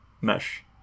Mesh